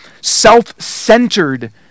self-centered